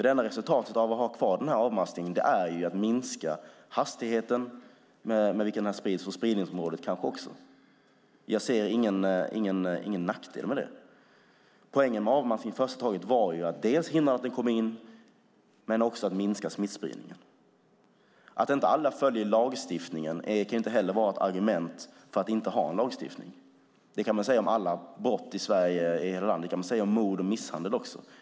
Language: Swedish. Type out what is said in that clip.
Det enda resultatet av att man har kvar obligatorisk avmaskning är att man minskar hastigheten på spridningen och kanske också minskar spridningsområdet. Jag ser ingen nackdel med det. Poängen med avmaskning var att hindra att smittan kommer in i landet men också att minska smittspridningen. Att alla inte följer lagstiftningen kan inte heller vara ett argument för att inte ha en lagstiftning. Detsamma kan man säga om alla brott i Sverige, även mord och misshandel.